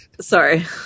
Sorry